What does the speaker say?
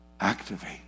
activate